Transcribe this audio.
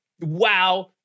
wow